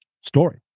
story